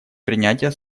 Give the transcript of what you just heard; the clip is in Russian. принятия